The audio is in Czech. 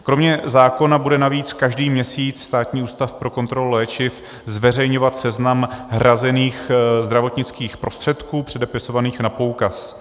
Kromě zákona bude navíc každý měsíc Státní ústav pro kontrolu léčiv zveřejňovat seznam hrazených zdravotnických prostředků předepisovaných na poukaz.